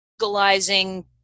legalizing